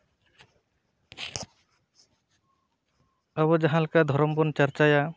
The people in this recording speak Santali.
ᱟᱵᱚ ᱡᱟᱦᱟᱸᱞᱮᱠᱟ ᱫᱷᱚᱨᱚᱢ ᱵᱚᱱ ᱪᱟᱨᱪᱟᱭᱟ